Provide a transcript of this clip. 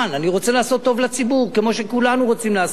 אני רוצה לעשות טוב לציבור כמו שכולנו רוצים לעשות.